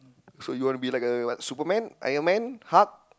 so you want to be like a what superman Iron-Man hulk